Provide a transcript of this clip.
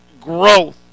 growth